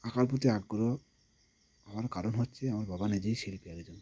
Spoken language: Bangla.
আঁকার প্রতি আগ্রহ হওয়ার কারণ হচ্ছে আমার বাবা নিজেই শিল্পী একজন